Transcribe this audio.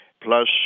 plus